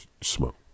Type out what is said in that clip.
smoke